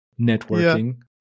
networking